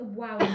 wow